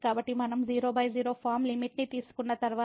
కాబట్టి మనం 00 ఫార్మ్ లిమిట్ని తీసుకున్న తర్వాత